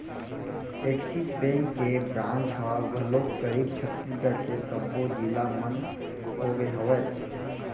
Axis bank के branch ह घलोक करीब छत्तीसगढ़ के सब्बो जिला मन होगे हवय